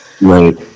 Right